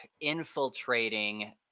infiltrating